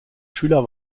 schüler